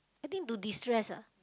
I think to destress ah